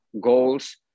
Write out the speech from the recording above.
goals